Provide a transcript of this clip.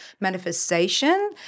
manifestation